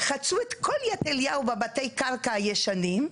חצו את כל יד אליהו בבתי הקרקע הישנים,